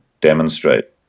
demonstrate